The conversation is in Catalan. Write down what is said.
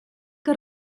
que